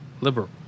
liberal